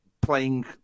playing